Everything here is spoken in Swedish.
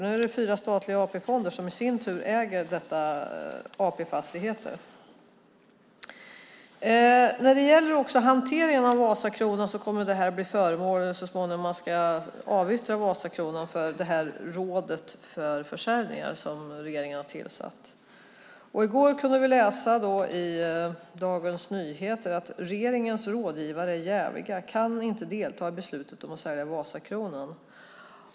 Nu är det fyra statliga AP-fonder som i sin tur äger AP Fastigheter. När de gäller hanteringen av Vasakronan kommer frågan om avyttring av Vasakronan att bli föremål för diskussion i rådet för försäljning som regeringen har tillsatt. I går kunde vi läsa i Dagens Nyheter att regeringens rådgivare är jäviga och att de inte kan delta i beslutet om att sälja Vasakronan.